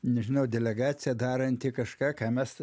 nežinau delegacija daranti kažką ką mes